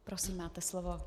Prosím, máte slovo.